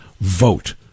vote